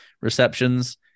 receptions